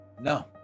No